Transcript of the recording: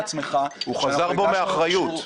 הוא חזר בו מהאחריות.